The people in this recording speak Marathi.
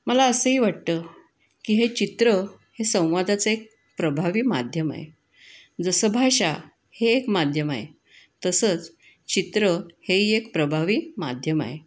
मला असंही वाटतं की हे चित्र हे संवादाचं एक प्रभावी माध्यम आहे जसं भाषा हे एक माध्यम आहे तसंच चित्र हेही एक प्रभावी माध्यम आहे